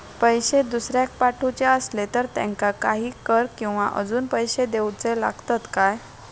पैशे दुसऱ्याक पाठवूचे आसले तर त्याका काही कर किवा अजून पैशे देऊचे लागतत काय?